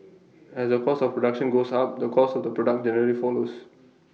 as the cost of production goes up the cost of the product generally follows